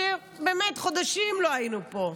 כשבאמת חודשים לא היינו פה.